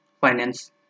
finance